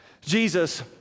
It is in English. Jesus